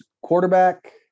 Quarterback